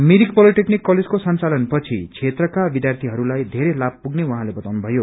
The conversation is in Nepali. मिरिक पोलिटेकनिक कलेजको संचालन पछि क्षेत्रका विध्यार्थीहरूलाई थेरै लाभ पुग्ने उहाँले बताउनुभयो